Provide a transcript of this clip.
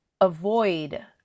avoid